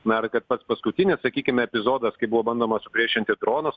na kad ir pats paskutinis sakykime epizodas kai buvo bandoma supriešinti dronus